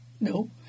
No